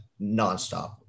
nonstop